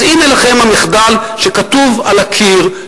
אז הנה לכם המחדל שכתוב על הקיר,